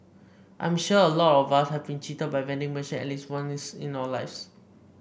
I'm sure a lot of us have been cheated by vending machine at least once in our lives